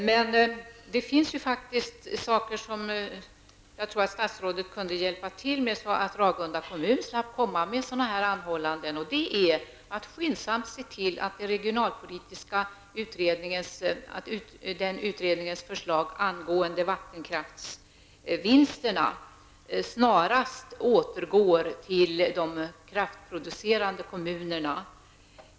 Men det finns faktiskt en sak som jag tror att statsrådet kan hjälpa till med, så att Ragunda kommun slapp komma med anhållanden om lån, och det är att skyndsamt se till att den regionalpolitiska utredningens förslag om att vattenkraftsvinsterna skall återgå till de kraftproducerade kommunerna snarast genomförs.